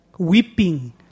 Weeping